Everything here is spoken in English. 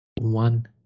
One